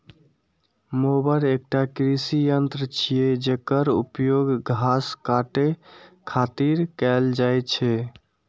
mower एकटा कृषि यंत्र छियै, जेकर उपयोग घास काटै खातिर कैल जाइ छै